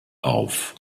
auf